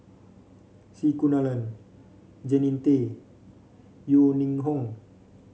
C Kunalan Jannie Tay Yeo Ning Hong